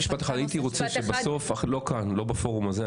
הייתי רוצה לא כאן בפורום הזה,